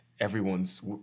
everyone's